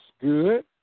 good